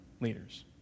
leaders